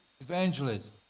evangelism